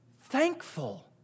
thankful